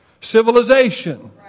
civilization